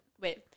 wait